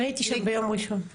הייתי שם ביום ראשון.